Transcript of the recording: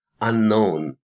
unknown